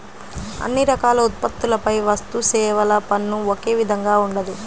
అన్ని రకాల ఉత్పత్తులపై వస్తుసేవల పన్ను ఒకే విధంగా ఉండదు